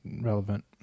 relevant